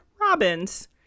robins